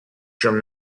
from